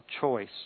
choice